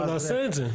אנחנו נעשה את זה.